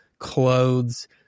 clothes